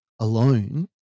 alone